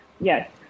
yes